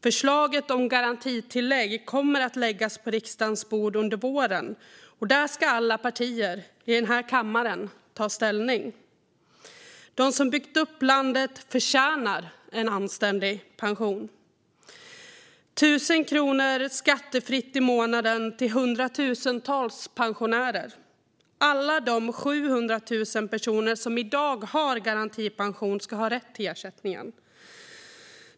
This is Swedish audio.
Förslaget om ett garantitillägg kommer att läggas på riksdagens bord under våren, och då ska alla partier i den här kammaren ta ställning. De som byggt upp landet förtjänar en anständig pension. Hundratusentals pensionärer får 1 000 kronor skattefritt i månaden. Alla de 700 000 personer som i dag har garantipension ska ha rätt till ersättningen.